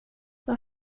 var